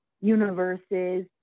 universes